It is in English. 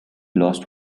lost